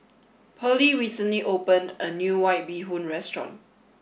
Pearley recently opened a new White Bee Hoon restaurant